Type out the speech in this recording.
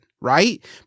Right